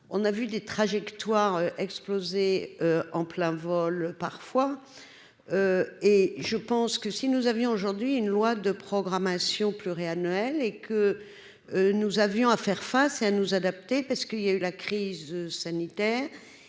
on a vu des trajectoires explosé en plein vol, parfois et je pense que si nous avions aujourd'hui une loi de programmation pluriannuelle et que nous avions à faire face à nous adapter parce qu'il y a eu la crise sanitaire